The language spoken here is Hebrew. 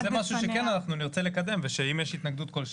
זה משהו שכן אנחנו נרצה לקדם ושאם יש התנגדות כלשהי,